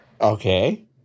Okay